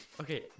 okay